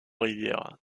rivière